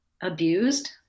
abused